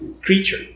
creature